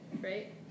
right